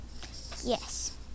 Yes